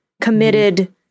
committed